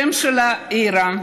השם שלה הוא אירה,